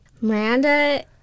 Miranda